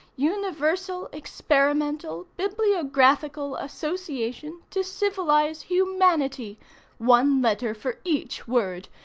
universal, experimental, bibliographical, association, to, civilize, humanity one letter for each word,